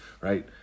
right